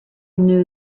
knew